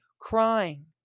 crying